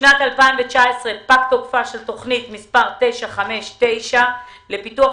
בשנת 2019 פג תוקפה של תוכנית מס' 959 לפיתוח